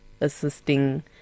assisting